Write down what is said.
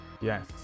Yes